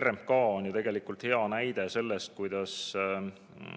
RMK on ju tegelikult hea näide sellest, kuidas